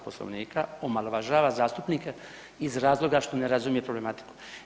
Poslovnika, omalovažava zastupnike iz razloga što ne razumije problematiku.